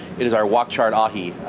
it's our wok-charred ahi,